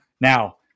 Now